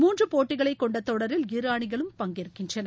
மூன்று போட்டிகளைக் கொண்ட தொடரில் இரு அணிகளும் பங்கேற்கின்றன